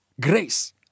Grace